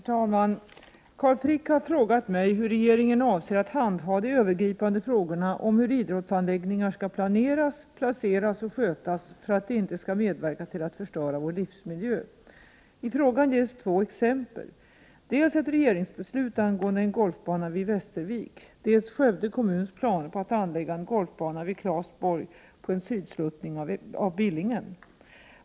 Herr talman! Carl Frick har frågat mig hur regeringen avser att handha de övergripande frågorna om hur idrottsanläggningar skall planeras, placeras och skötas för att de inte skall medverka till att förstöra vår livsmiljö. I frågan ges två exempel: dels ett regeringsbeslut angående en golfbana vid Västervik, dels Skövde kommuns planer på att anlägga en golfbana vid Clasborg på en sydsluttning av Billingen.